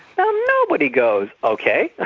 so nobody goes ok!